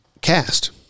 cast